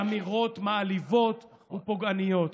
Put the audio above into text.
בוודאי אמירות מעליבות ופוגעניות.